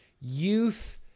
youth